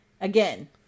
Again